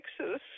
Texas